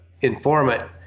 informant